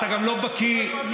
היות שאתה גם לא בקי בהיסטוריה,